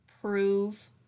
prove